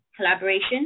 collaboration